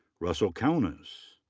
russell kaunas.